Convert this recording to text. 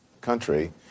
country